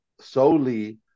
solely